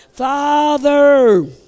Father